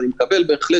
אני מקבל את דבריך,